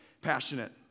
passionate